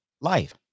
life